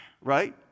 Right